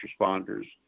responders